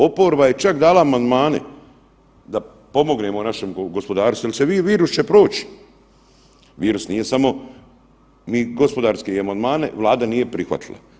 Oporba je čak dala amandmane da pomognemo našem gospodarstvu jer se vi, virus će proći, virus nije samo, gospodarski amandmane Vlada nije prihvatila.